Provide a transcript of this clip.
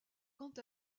quant